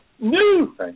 New